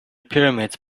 pyramids